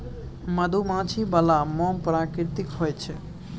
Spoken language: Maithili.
मधुमाछी बला मोम प्राकृतिक होए छै